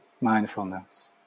mindfulness